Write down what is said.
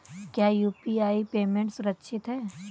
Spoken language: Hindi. क्या यू.पी.आई पेमेंट सुरक्षित है?